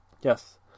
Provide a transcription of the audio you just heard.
Yes